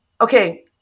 okay